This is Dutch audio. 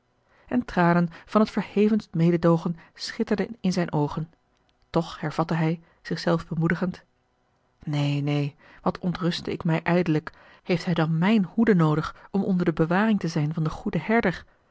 en tranen van het verhevenst mededoogen schitterden in zijne oogen toch hervatte hij zich zelf bemoedigend neen neen wat ontruste ik mij ijdellijk heeft hij dan mijne hoede noodig om onder de bewaring te zijn van den goeden herder